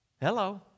Hello